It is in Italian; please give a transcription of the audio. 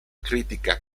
critica